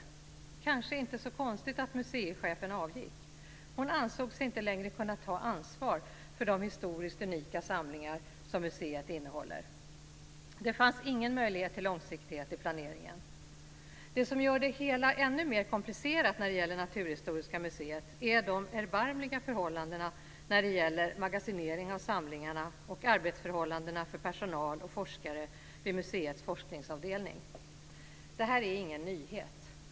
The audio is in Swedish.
Det är kanske inte så konstigt att museichefen avgick. Hon ansåg sig inte längre kunna ta ansvar för de historiskt unika samlingar som museet innehåller. Det fanns ingen möjlighet till långsiktighet i planeringen. Det som gör det hela ännu mer komplicerat när det gäller Natuhistoriska riksmuseet är de erbarmliga förhållandena när det gäller magasinering av samlingarna och arbetsförhållandena för personal och forskare vid museets forskningsavdelning. Det här är ingen nyhet.